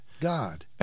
God